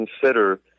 consider